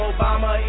Obama